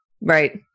Right